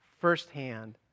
firsthand